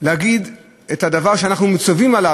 להגיד את הדבר שאנחנו מצווים עליו,